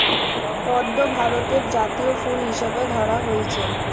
পদ্ম ভারতের জাতীয় ফুল হিসাবে ধরা হইচে